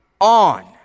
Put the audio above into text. on